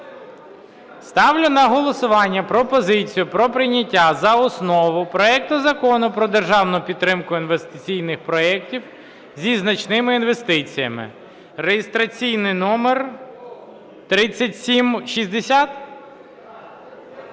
Ставлю на голосування пропозицію про прийняття за основу проекту Закону про державну підтримку інвестиційних проектів зі значними інвестиціями (реєстраційний номер… 3760?